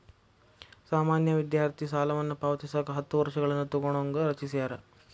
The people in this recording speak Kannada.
ಸಾಮಾನ್ಯ ವಿದ್ಯಾರ್ಥಿ ಸಾಲವನ್ನ ಪಾವತಿಸಕ ಹತ್ತ ವರ್ಷಗಳನ್ನ ತೊಗೋಣಂಗ ರಚಿಸ್ಯಾರ